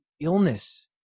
illness